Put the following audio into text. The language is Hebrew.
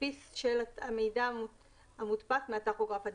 תדפיס של המידע המופק מהטכוגרף דיגיטלי,